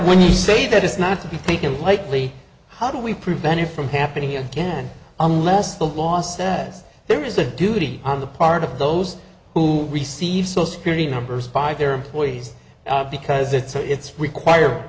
when you say that it's not to be taken lightly how do we prevent it from happening again unless the law says there is a duty on the part of those who receive social security numbers by their employees because it's so it's require